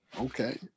okay